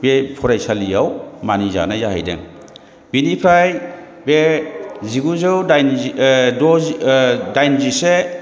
बे फरायसालियाव मानिजानाय जाहैदों बिनिफ्राय बे जिगुजौ दाइनजि द' दाइनजिसे